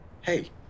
Hey